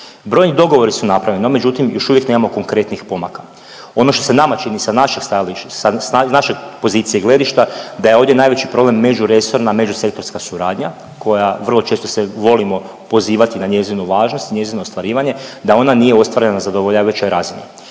brojni dogovori su napravljeni, no međutim, još uvijek nemamo konkretnih pomaka. Ono što se nama čini sa našeg .../nerazumljivo/... sa naše pozicije gledišta, da je ovdje najveći problem međuresorna, međusektorska suradnja koja vrlo često se volimo pozivati na njezinu važnost i njezino ostvarivanje, da ona nije ostvarena na zadovoljavajućoj razini.